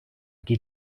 qui